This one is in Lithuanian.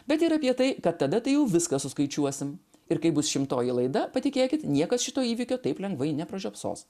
bet ir apie tai kad tada tai jau viską suskaičiuosim ir kai bus šimtoji laida patikėkit niekas šito įvykio taip lengvai nepražiopsos